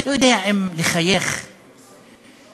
אני לא יודע אם לחייך, לצחוק,